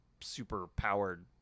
super-powered